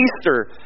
Easter